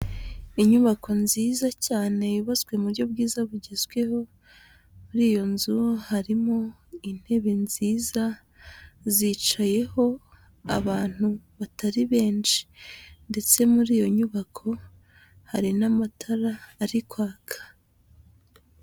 Inyubako nziza cyane yubatswe mu buryo bwiza bugezweho, muri iyo nzu harimo intebe nziza, zicayeho abantu batari benshi, ndetse muri iyo nyubako hari n'amatara ari kwaka.